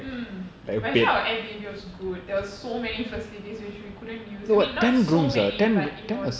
mm but actually our airbnb was good there was so many facilities which we couldn't use I mean not so many but it was